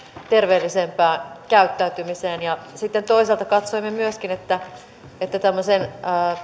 terveellisempään käyttäytymiseen sitten toisaalta katsoimme myöskin että että tämmöisen